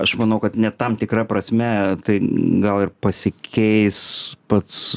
aš manau kad net tam tikra prasme tai gal ir pasikeis pats